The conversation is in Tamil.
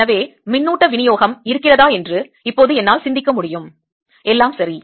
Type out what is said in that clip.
எனவே மின்னூட்ட விநியோகம் இருக்கிறதா என்று இப்போது என்னால் சிந்திக்க முடியும் எல்லாம் சரி